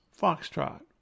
foxtrot